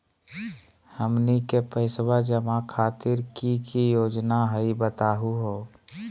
हमनी के पैसवा जमा खातीर की की योजना हई बतहु हो?